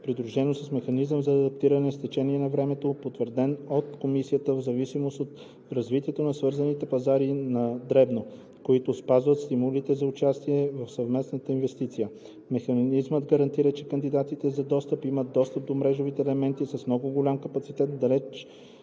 придружено с механизъм за адаптиране с течение на времето, потвърден от комисията в зависимост от развитието на свързаните пазари на дребно, който запазва стимулите за участие в съвместната инвестиция; механизмът гарантира, че кандидатите за достъп имат достъп до мрежовите елементи с много голям капацитет в даден